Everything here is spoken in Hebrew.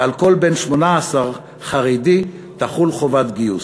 ועל כל בן 18 חרדי תחול חובת גיוס.